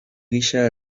gisa